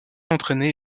entraînée